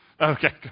Okay